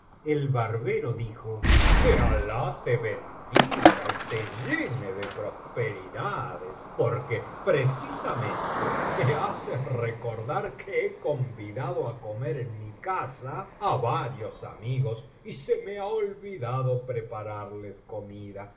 el barbero dijo que alah te bendiga y te llene de prosperidades porque precisamente me haces recordar que he convidado á comer en mi casa á varios amigos y se me ha olvidado prepararles comida